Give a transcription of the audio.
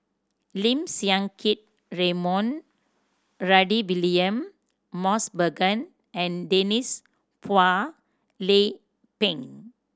Lim Siang Keat Raymond Rudy William Mosbergen and Denise Phua Lay Peng